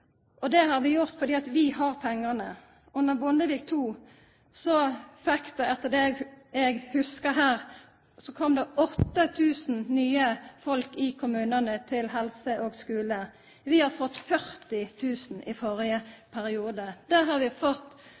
Det har vi gjort fordi vi har pengane. Under Bondevik II kom det – etter det eg hugsar her – 8 000 nye folk i kommunane til helse og skule. Vi fekk 40 000 i førre periode. Det har vi fått